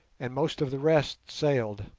and most of the rest sailed.